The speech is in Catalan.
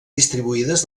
distribuïdes